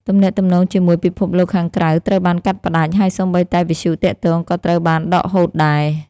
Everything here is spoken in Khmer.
ទំនាក់ទំនងជាមួយពិភពលោកខាងក្រៅត្រូវបានកាត់ផ្ដាច់ ហើយសូម្បីតែវិទ្យុទាក់ទងក៏ត្រូវបានដកហូតដែរ។